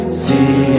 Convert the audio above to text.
see